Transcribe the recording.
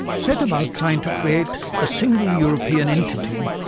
set about trying to create a single european entity,